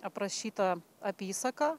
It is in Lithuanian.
aprašyta apysaka